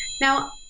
Now